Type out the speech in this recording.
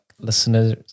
listeners